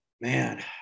man